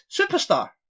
superstar